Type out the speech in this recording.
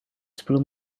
sepuluh